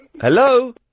Hello